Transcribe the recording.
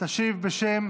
היא תשיב בשם